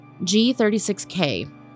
G36K